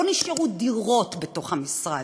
לא נשארו דירות בתוך המשרד,